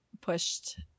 pushed